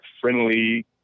friendly